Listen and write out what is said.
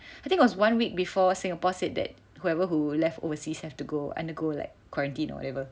I think it was one week before Singapore said that whoever who left overseas have to go undergo like quarantine or whatever